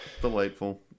delightful